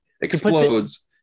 explodes